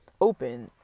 open